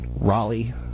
Raleigh